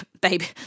Baby